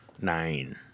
Nine